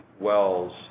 wells